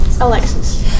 Alexis